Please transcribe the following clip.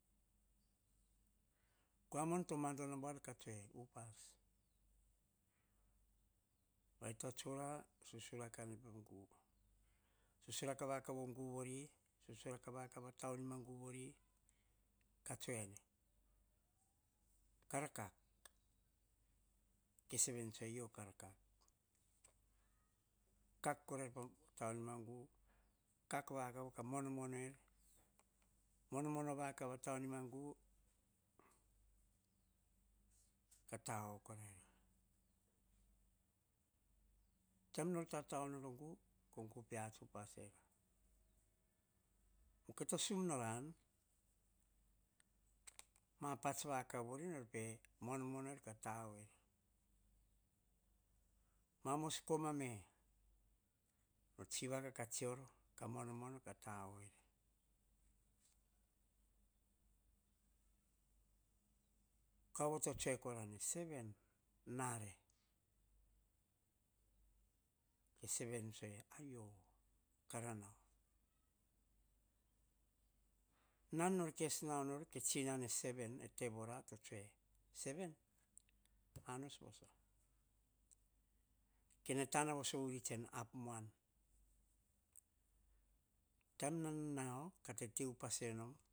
Kua mon to manotono ambuar, ka tsue upas. Vai tu tsura ka, susuraka ne po gu. Susuraka vakau o gu vori, susuraka vakau o taunima gu vori, ka tsue ene, kara kak, ke seven ene, ayio kara kak. Kak korair pa taunima gu, kak vakau ka monomono nueir, mono mono vakau a taunima gu ka tao korair. Taim nor ta taoo nor o gu, pe ats upas en. Ki ta sum nor an, ma pats vakau vori pe mono monueir ka taoo eir. Ma mos koma me, tsivaka ka tsior mono ka ta eir. Kauvo to tsue kora ne, seven, na re, seven tsue ene, ayio, kara nau. Nan nor kes nau nor, ke tsinan e seven, tevora, to tsue seven, anos voso, kene tana voso urits ap muan. Taim nan nau ka tete upas em nom,